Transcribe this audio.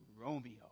romeo